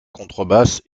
contrebasse